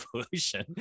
evolution